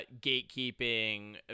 gatekeeping